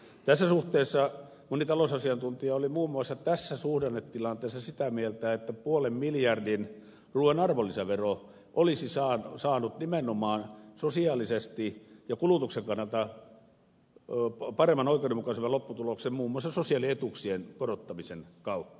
tässä suhteessa moni talousasiantuntija oli muun muassa tässä suhdannetilanteessa sitä mieltä että ruuan arvonlisäveron puolen miljardin alennus olisi saanut nimenomaan sosiaalisesti ja kulutuksen kannalta paremman ja oikeudenmukaisemman lopputuloksen muun muassa sosiaalietuuksien korottamisen kautta